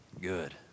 good